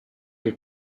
che